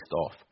off